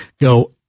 go